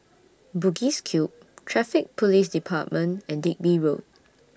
Bugis Cube Traffic Police department and Digby Road